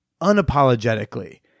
unapologetically